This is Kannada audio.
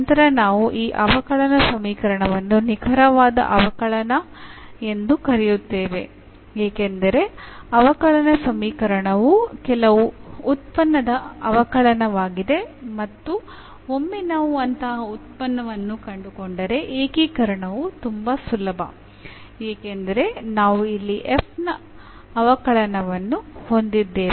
ನಂತರ ನಾವು ಈ ಅವಕಲನ ಸಮೀಕರಣವನ್ನು ನಿಖರವಾದ ಅವಕಲನ ಎಂದು ಕರೆಯುತ್ತೇವೆ ಏಕೆಂದರೆ ಅವಕಲನ ಸಮೀಕರಣವು ಕೆಲವು ಉತ್ಪನ್ನದ ಅವಕಲನವಾಗಿದೆ ಮತ್ತು ಒಮ್ಮೆ ನಾವು ಅಂತಹ ಉತ್ಪನ್ನವನ್ನು ಕಂಡುಕೊಂಡರೆ ಏಕೀಕರಣವು ತುಂಬಾ ಸುಲಭ ಏಕೆಂದರೆ ನಾವು ಇಲ್ಲಿ f ನ ಅವಕಲನವನ್ನು ಹೊಂದಿದ್ದೇವೆ